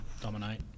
dominate